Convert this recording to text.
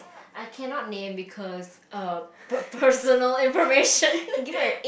I cannot name because um personal~ personal information